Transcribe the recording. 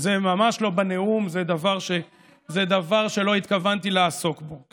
וזה ממש לא בנאום, זה דבר שלא התכוונתי לעסוק בו.